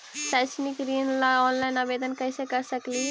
शैक्षिक ऋण ला ऑनलाइन आवेदन कैसे कर सकली हे?